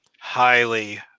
highly